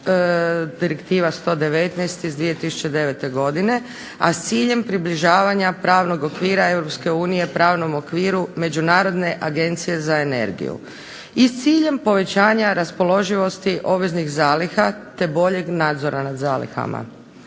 Direktiva 119 iz 2009. godine, a s ciljem približavanja pravnog okvira Europske unije pravnom okviru Međunarodne agencije za energiju i s ciljem povećanja raspoloživosti obveznih zaliha te boljeg nadzora nad zalihama.